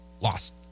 lost